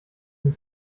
dem